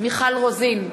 מיכל רוזין,